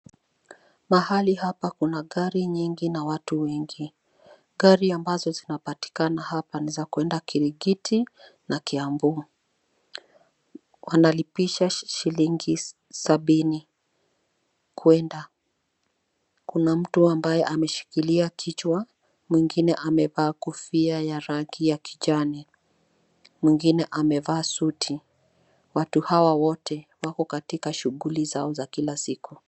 Mahali hapa kuna gari nyingi na watu wengi. Gari ambazo zinapatikana hapa ni za kwenda Kirigiti na Kiambu. Wanalipisha shilingi sabini kuenda. Kuna mtu ambaye ameshikilia kichwa, mwingine amevaa kofia ya rangi ya kijani, mwingine amevaa suti. Watu hawa wote wako katika shughuli zao za kila siku.